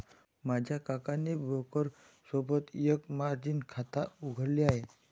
माझ्या काकाने ब्रोकर सोबत एक मर्जीन खाता उघडले आहे